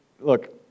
look